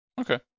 Okay